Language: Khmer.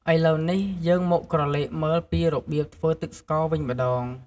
ឥឡូវនេះ យើងមកក្រឡេកមើលពីរបៀបធ្វើទឹកស្ករវិញម្ដង។